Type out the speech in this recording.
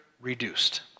reduced